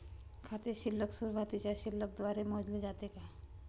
खाते शिल्लक सुरुवातीच्या शिल्लक द्वारे मोजले जाते का?